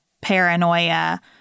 paranoia